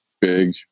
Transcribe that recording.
big